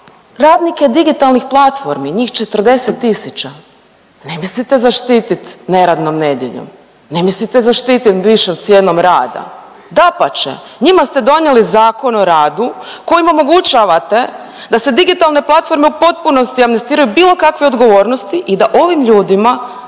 radnike digitalnih platformi, njih 40 tisuća, ne mislite zaštitit neradnom nedjeljom, ne mislite zaštitit višom cijenom rada, dapače njima ste donijeli Zakon o radu kojim omogućavate da se digitalne platforme u potpunosti amnestiraju od bilo kakve odgovornosti i da ovim ljudima agregatori